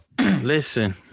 Listen